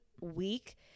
week